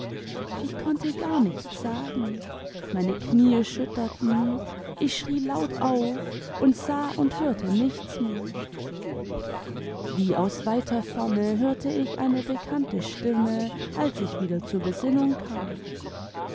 ich konnte gar nichts sagen meine knie schütterten ich schrie laut auf und sah und hörte nichts mehr wie aus weiter feme hörte ich eine bekannte stinune als ich wieder zur besinnung kam